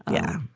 yeah,